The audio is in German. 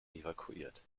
evakuiert